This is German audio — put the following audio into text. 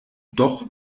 doch